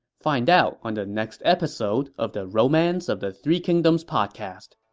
find out on the next episode of the romance of the three kingdoms podcast.